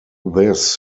this